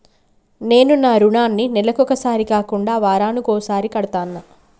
నేను నా రుణాన్ని నెలకొకసారి కాకుండా వారానికోసారి కడ్తన్నా